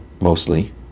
mostly